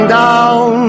down